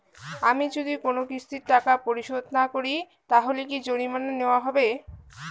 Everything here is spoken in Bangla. আমি যদি কোন কিস্তির টাকা পরিশোধ না করি তাহলে কি জরিমানা নেওয়া হবে?